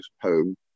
home